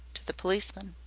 to the policeman.